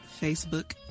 Facebook